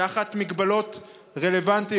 תחת מגבלות רלוונטיות?